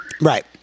Right